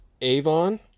Avon